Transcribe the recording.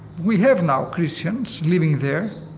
we have now christians living there,